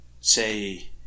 say